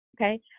Okay